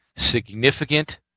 significant